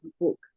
book